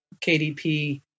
KDP